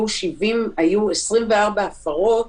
היו 24 הפרות